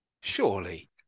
Surely